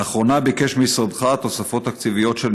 לאחרונה ביקש משרדך תוספות תקציביות של